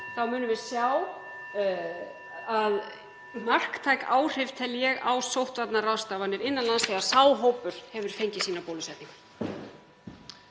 Við munum sjá marktæk áhrif, tel ég, á sóttvarnaráðstafanir innan lands þegar sá hópur hefur fengið sína bólusetningu.